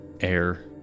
air